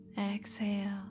exhale